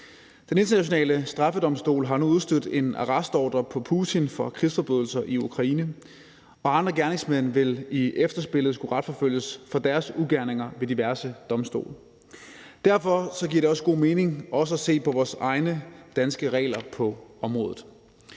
Den Internationale Straffedomstol har nu udstedt en arrestordre på Putin for krigsforbrydelser i Ukraine, og andre gerningsmænd vil i efterspillet skulle retsforfølges for deres ugerninger ved diverse domstole. Derfor giver det god mening også at se på vores egne danske regler på området.